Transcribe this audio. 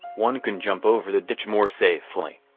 one can jump over the ditch more safely.